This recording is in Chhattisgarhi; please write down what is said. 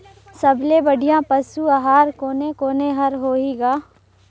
सबले बढ़िया पशु आहार कोने कोने हर होही ग?